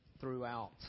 throughout